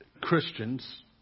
Christians